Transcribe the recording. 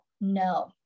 no